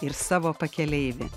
ir savo pakeleivį